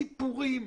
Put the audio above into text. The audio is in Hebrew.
סיפורים.